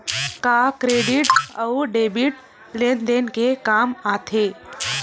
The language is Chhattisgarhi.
का क्रेडिट अउ डेबिट लेन देन के काम आथे?